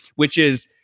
which is,